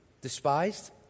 Despised